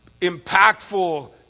impactful